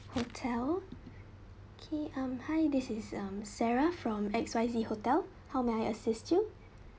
hotel okay um hi this is um sarah from X Y Z hotel how may I assist you